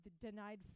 denied